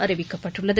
அறிவிக்கப்பட்டுள்ளது